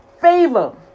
favor